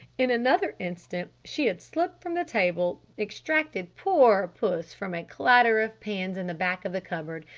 in another instant she had slipped from the table, extracted poor puss from a clutter of pans in the back of a cupboard,